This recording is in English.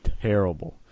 Terrible